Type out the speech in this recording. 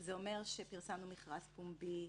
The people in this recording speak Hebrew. זה אומר שפרסמנו מכרז פומבי.